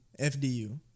FDU